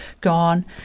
gone